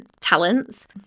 talents